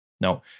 no